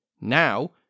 Now